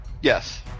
Yes